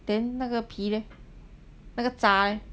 then 那个皮 leh 那个宅 leh